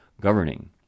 governing